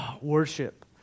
worship